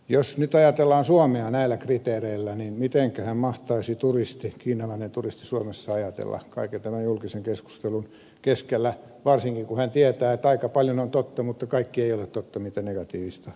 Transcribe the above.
jos nyt ajatellaan suomea näillä kriteereillä niin mitenkähän mahtaisi kiinalainen turisti suomessa ajatella kaiken tämän julkisen keskustelun keskellä varsinkin kun hän tietää että aika paljon on totta mutta kaikki ei ole totta mitä negatiivista puhutaan